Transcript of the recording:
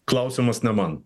klausimas ne man